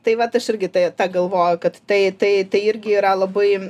tai vat aš irgi tai tą galvoju kad tai tai tai irgi yra labai